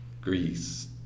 Greece